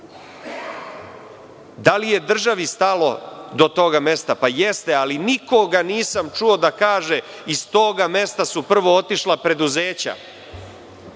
Da li je državi stalo do toga mesta? Jeste, ali nikoga nisam čuo da kaže iz toga mesta su prvo otišla preduzeća,